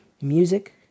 music